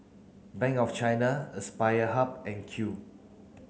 Bank of China Aspire Hub and Qoo